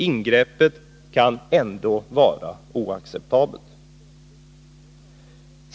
Ingreppet kan ändå vara oacceptabelt.